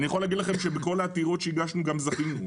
בכל העתירות שהגשנו גם זכינו.